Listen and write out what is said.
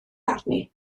arni